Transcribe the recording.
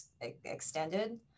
extended